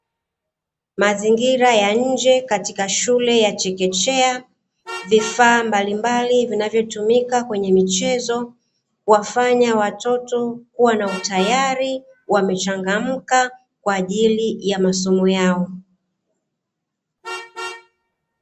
Mazingira ya nje katika shule ya chekechea, vifaa mbalimbali vinavyotumika kwenye michezo, huwafanya watoto kuwa na utayari, wamechangamka kwa ajili ya masomo yao.